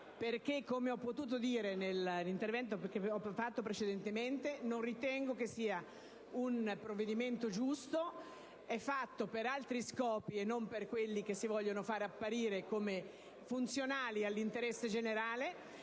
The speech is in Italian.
perché, come ho potuto dire nel mio precedente intervento, non ritengo che sia un provvedimento giusto. È fatto per altri scopi, e non per quelli che si vogliono far apparire come funzionali all'interesse generale,